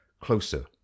closer